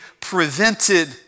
prevented